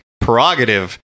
prerogative